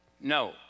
No